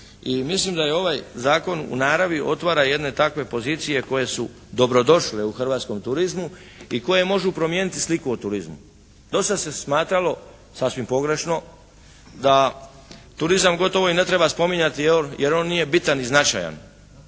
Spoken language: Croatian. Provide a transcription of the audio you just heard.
mislim da ovaj zakon u naravi otvara jedne takve pozicije koje su dobrodošle u hrvatskom turizmu i koje mogu promijeniti sliku u turizmu. Do sada se smatralo sasvim pogrešno da turizam gotovo i ne treba spominjati jer on nije bitan i značajan.